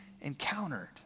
encountered